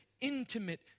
intimate